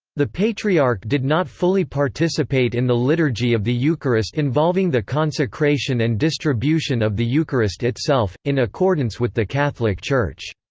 the patriarch did not fully participate in the liturgy of the eucharist involving the consecration and distribution of the eucharist itself in accordance with the catholic church's